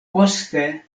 poste